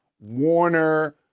Warner